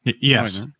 Yes